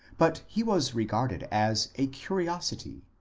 but he was regarded as a curiosity,